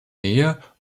näher